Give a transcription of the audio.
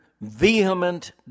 vehement